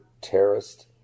terrorist